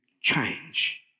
change